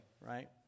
right